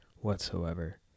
whatsoever